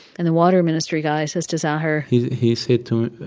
and the water ministry guy says to zahar. he he said to